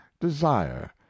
desire